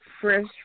fresh